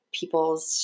people's